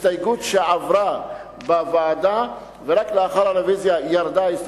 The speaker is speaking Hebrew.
הסתייגות שעברה בוועדה ורק לאחר הרוויזיה ירדה.